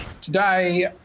today